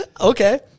Okay